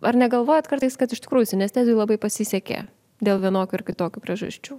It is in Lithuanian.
ar negalvojat kartais kad iš tikrųjų sinesteziui labai pasisekė dėl vienokių ar kitokių priežasčių